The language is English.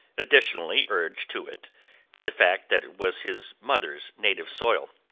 additionally urged to it by the fact that it was his mother's native soil.